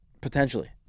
Potentially